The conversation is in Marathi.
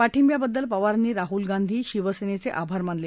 पाठिंब्याबद्दल पवारांनी राहुल गांधी शिवसेना यांचे आभार मानले